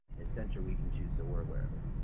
essentially leading to so we're aware of it.